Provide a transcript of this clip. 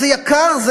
זה יקר.